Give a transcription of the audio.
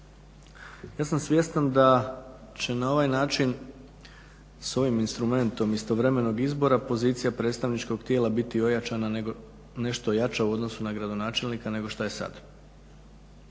Ja sam svjestan da će na ovaj način s ovim instrumentom istovremenog izbora pozicija predstavničkog tijela biti ojačana nešto jača u odnosu na gradonačelnika nego šta je sad,